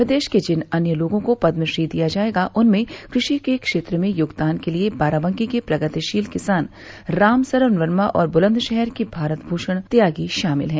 प्रदेश के जिन अन्य लोगों को पदम श्री दिया जायेगा उनमें कृषि के क्षेत्र में योगदान के लिए बाराबंकी के प्रगतिशील किसान रामसरन वर्मा और बुलन्दशहर के भारत भूषण त्यागी शामिल हैं